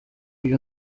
iyi